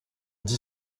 dit